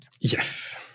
Yes